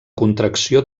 contracció